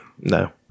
No